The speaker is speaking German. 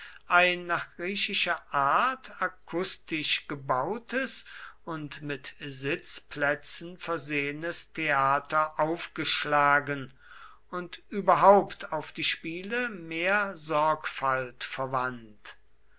ein nach griechischer art akustisch gebautes und mit sitzplätzen versehenes theater aufgeschlagen und überhaupt auf die spiele mehr sorgfalt verwandt